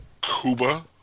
Cuba